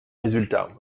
résultats